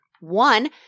One